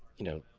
you know,